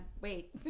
wait